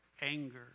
anger